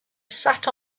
sat